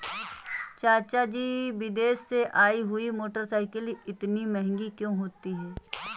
चाचा जी विदेश से आई हुई मोटरसाइकिल इतनी महंगी क्यों होती है?